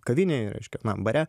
kavinėj reiškia na bare